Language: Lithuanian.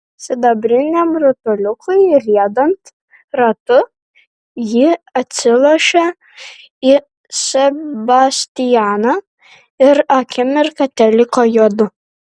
sidabriniam rutuliukui riedant ratu ji atsilošė į sebastianą ir akimirką teliko juodu